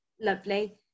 lovely